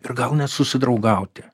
ir gal net susidraugauti